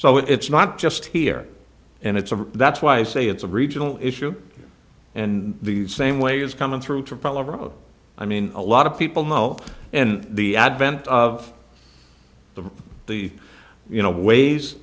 so it's not just here and it's a that's why i say it's a regional issue and the same way is coming through to problem i mean a lot of people know and the advent of the the you know ways